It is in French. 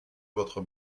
votre